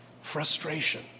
frustration